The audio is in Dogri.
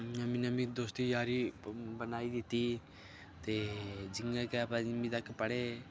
नमीं नमीं दोस्ती यारी बनाई दित्ती ते जियां गै पंञमीं तक्क पढ़े